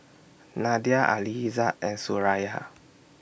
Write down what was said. Nadia Aizat and Suraya